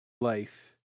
life